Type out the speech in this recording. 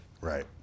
right